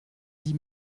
dix